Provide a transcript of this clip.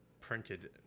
printed